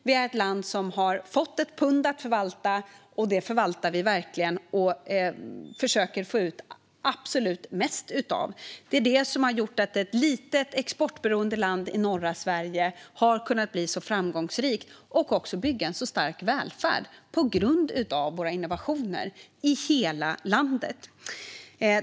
Vi är ett land som har fått ett pund att förvalta, och det förvaltar vi verkligen. Och försöker få ut absolut mest av. Det är detta som har gjort att ett litet, exportberoende land i norra Europa har kunnat bli så framgångsrikt och också bygga en så stark välfärd i hela landet. Det är på grund av våra innovationer.